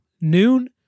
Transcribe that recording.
noon